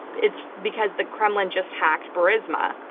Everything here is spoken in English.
it's because the kremlin just hacked burisma,